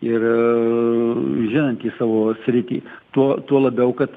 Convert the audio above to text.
ir žinantį savo sritį tuo tuo labiau kad